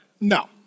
No